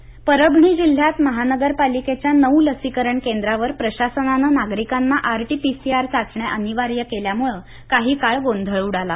लस घेण्यासाठी चाचण्या परभणी जिल्ह्यात महानगरपालिकेच्या नऊ लसीकरण केंद्रावर प्रशासनानं नागरिकांना आरटीपीसीआर चाचण्या अनिवार्य केल्यामुळं काही काळ गोंधळ उडाला